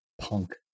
punk